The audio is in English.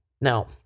Now